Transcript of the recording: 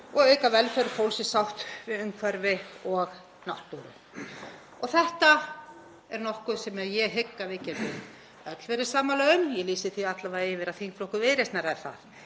og auka velferð fólks í sátt við umhverfi og náttúru.“ Þetta er nokkuð sem ég hygg að við getum öll verið sammála um. Ég lýsi því alla vega yfir að þingflokkur Viðreisnar er það